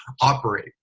operate